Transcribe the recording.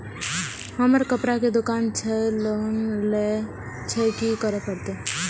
हमर कपड़ा के दुकान छे लोन लेनाय छै की करे परतै?